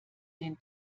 den